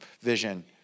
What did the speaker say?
vision